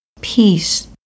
peace